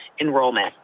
enrollment